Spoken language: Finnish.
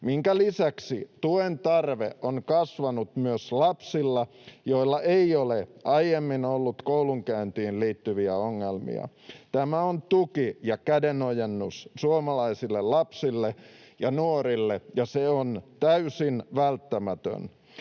minkä lisäksi tuen tarve on kasvanut myös lapsilla, joilla ei ole aiemmin ollut koulunkäyntiin liittyviä ongelmia. Tämä on tuki ja kädenojennus suomalaisille lapsille ja nuorille, ja se on täysin välttämätön.